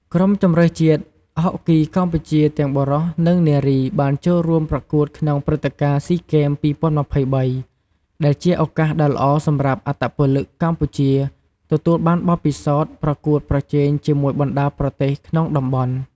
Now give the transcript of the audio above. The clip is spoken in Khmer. ក្រុមជម្រើសជាតិហុកគីកម្ពុជាទាំងបុរស និងនារី បានចូលរួមប្រកួតក្នុងព្រឹត្តិការណ៍ស៊ីហ្គេម ២០២៣ ដែលជាឱកាសដ៏ល្អសម្រាប់អត្តពលិកកម្ពុជាទទួលបានបទពិសោធន៍ប្រកួតប្រជែងជាមួយបណ្ដាប្រទេសក្នុងតំបន់។